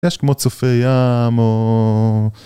יש כמו צופי ים או...